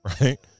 Right